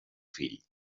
fill